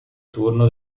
turno